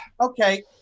Okay